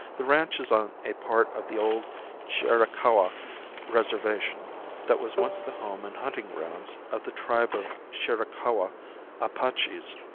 the ranch is on a part of the old chiricahua reservation that was once the home and hunting grounds of the tribe of chiricahua apaches,